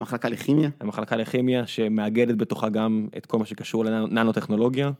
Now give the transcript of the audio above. מחלקה לכימיה, מחלקה לכימיה שמאגדת בתוכה גם את כל מה שקשור לננוטכנולוגיה.